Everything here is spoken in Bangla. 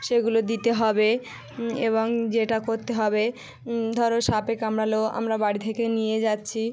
সেগুলো দিতে হবে এবং যেটা করতে হবে ধরো সাপে কামড়ালো আমরা বাড়ি থেকে নিয়ে যাচ্ছি